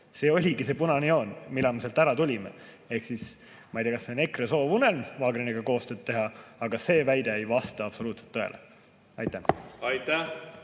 See oligi see punane joon, mille peale me sealt ära tulime. Ma ei tea, kas see on EKRE soovunelm Wagneriga koostööd teha, aga see väide ei vasta absoluutselt tõele. Aitäh!